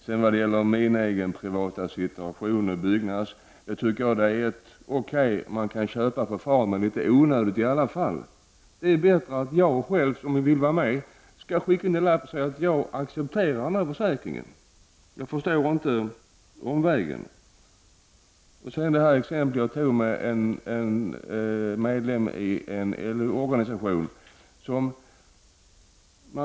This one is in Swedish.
Då det gäller min egen privata situation som medlem i Byggnads tycker jag att det är okej, att jag kan köpa för men det är onödigt. Det är bättre att jag själv om jag vill vara med skall skicka in ett meddelande om att jag accepterar försäkringen. Jag förstår inte omvägen. Jag tog som exempel en medlem i en LO organisation.